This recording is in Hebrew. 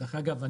דרך אגב,